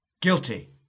Guilty